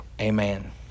Amen